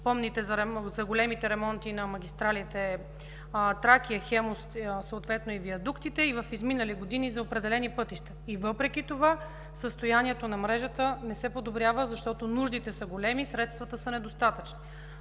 помните, за големите ремонти на магистралите „Тракия”, „Хемус”, съответно и виадуктите, и в изминали години за определени пътища. И въпреки това състоянието на мрежата не се подобрява, защото нуждите са големи, средствата са недостатъчни.